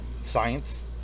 science